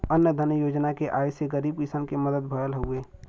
अन्न धन योजना के आये से गरीब किसान के मदद भयल हउवे